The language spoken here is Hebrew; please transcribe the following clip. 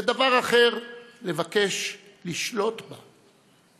ודבר אחר לבקש לשלוט בה.